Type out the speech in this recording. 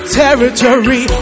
territory